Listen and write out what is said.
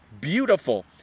beautiful